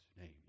name